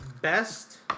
best